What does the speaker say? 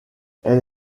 elle